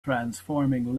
transforming